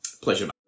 pleasure